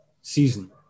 season